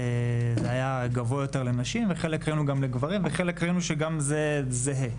היה גבוה יותר לנשים ובחלק ראינו שגם לגברים ובחלק ראינו שזה זהה.